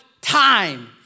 time